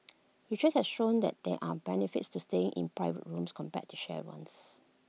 research has shown that there are benefits to staying in private rooms compared to shared ones